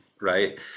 Right